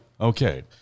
Okay